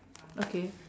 okay